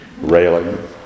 railing